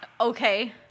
Okay